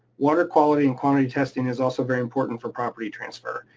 water quality and quantity testing is also very important for property transfer.